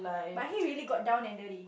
but he really got down and dirty